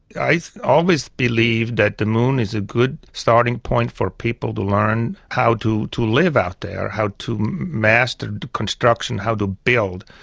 i always believed that the moon is a good starting point for people to learn how to to live out there, how to master the construction, how to build.